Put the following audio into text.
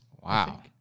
Wow